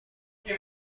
شبیه